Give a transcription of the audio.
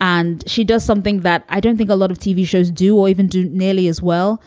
and she does something that i don't think a lot of tv shows do or even do nearly as well.